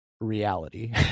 reality